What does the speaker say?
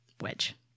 Wedge